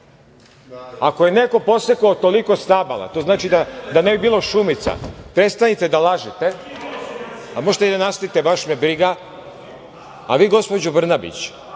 Ako je neko posekao toliko stabala, to znači da ne bi bilo šumica. Prestanite da lažete, a možete i da nastavite baš me briga.A vi gospođo Brnabić,